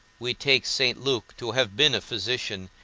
we take st. luke to have been a physician,